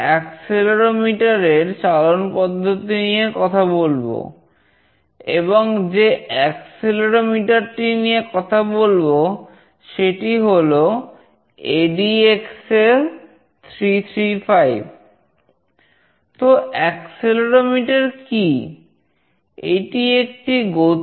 accelerometer টি নিয়ে কথা বলব সেটি হল ADXL 335